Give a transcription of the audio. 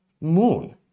moon